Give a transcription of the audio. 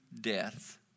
death